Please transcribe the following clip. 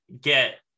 get